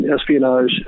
espionage